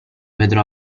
vedrò